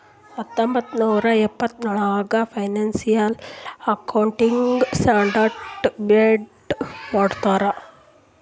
ಹತ್ತೊಂಬತ್ತ್ ನೂರಾ ಎಪ್ಪತ್ತೆಳ್ ನಾಗ್ ಫೈನಾನ್ಸಿಯಲ್ ಅಕೌಂಟಿಂಗ್ ಸ್ಟಾಂಡರ್ಡ್ ಬೋರ್ಡ್ ಮಾಡ್ಯಾರ್